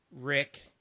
Rick